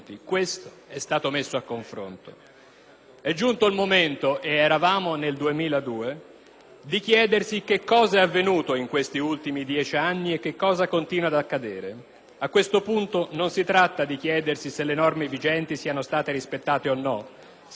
È giunto il momento» - ed eravamo nel 2002 - «di chiedersi che cosa è avvenuto in questi ultimi dieci anni e cosa continua ad accadere. A questo punto, non si tratta di chiedersi se le norme vigenti siano state rispettate o no, se le procedure siano più o meno corrette;